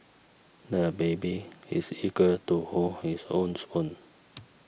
the baby is eager to hold his own spoon